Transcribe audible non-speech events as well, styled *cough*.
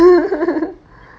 *laughs*